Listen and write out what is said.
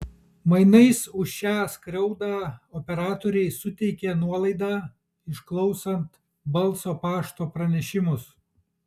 mainais už šią skriaudą operatoriai suteikė nuolaidą išklausant balso pašto pranešimus